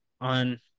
on